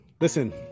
listen